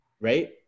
right